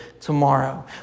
tomorrow